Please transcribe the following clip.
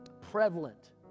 prevalent